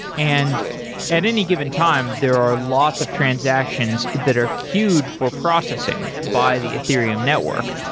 and at any given time, there are lots of transactions that are queued for processing by the ethereum network.